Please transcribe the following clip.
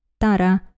tara